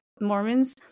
mormons